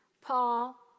paul